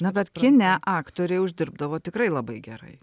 na bet kine aktoriai uždirbdavo tikrai labai gerai